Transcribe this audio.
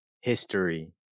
History